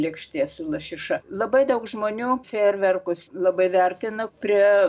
lėkštė su lašiša labai daug žmonių fejerverkus labai vertina prie